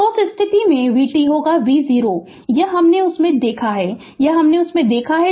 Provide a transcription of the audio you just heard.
तो उस स्थिति में vt होगा v0 यह हमने उससे देखा है यह हमने उससे देखा है